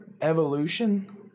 Evolution